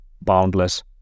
Boundless